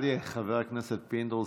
חבר הכנסת פינדרוס,